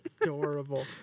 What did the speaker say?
adorable